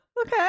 okay